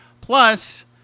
Plus